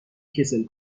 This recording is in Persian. کسل